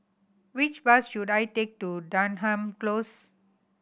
which bus should I take to Denham Close